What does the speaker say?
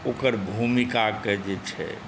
ओकर भूमिकाकेँ जे छै